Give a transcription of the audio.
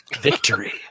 Victory